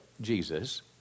Jesus